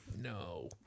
No